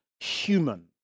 Human